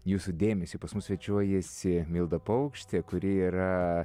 jūsų dėmesiui pas mus svečiuojasi milda paukštė kuri yra